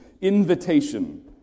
invitation